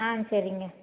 ஆ சரிங்க